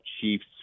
Chiefs